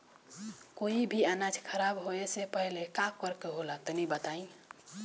कोई भी अनाज खराब होए से पहले का करेके होला तनी बताई?